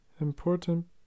important